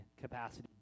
capacity